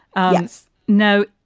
yes. no,